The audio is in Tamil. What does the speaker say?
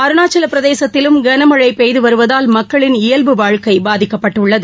அருணாச்சல பிரதேசத்திலும் களமழை பெய்து வருவதால் மக்களின் இயல்பு வாழ்க்கை பாதிக்கப்பட்டுள்ளது